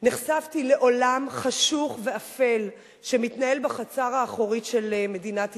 נחשפתי לעולם חשוך ואפל שמתנהל בחצר האחורית של מדינת ישראל.